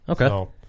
Okay